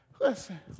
Listen